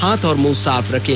हाथ और मुंह सोफ रखें